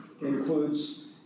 includes